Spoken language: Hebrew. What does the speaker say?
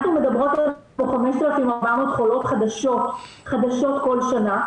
אנחנו מדברים על 5,400 חולות חדשות כל שנה,